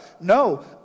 no